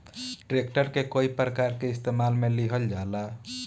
tractor के कई प्रकार के इस्तेमाल मे लिहल जाला